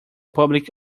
public